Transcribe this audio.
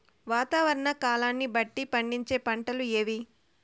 వాతావరణ కాలాన్ని బట్టి పండించే పంటలు ఏవి?